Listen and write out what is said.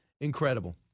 Incredible